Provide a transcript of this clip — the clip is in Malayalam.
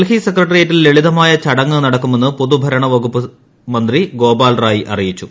ഡൽഹി സെക്രട്ടേറിയറ്റിൽ ലളിതമായ ചടങ്ങ് നടക്കുമെന്ന് പൊതുഭരണ വകുപ്പ് മന്ത്രി ഗോപാൽ റായ് അറിയിച്ചു